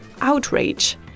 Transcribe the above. outrage